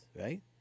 Right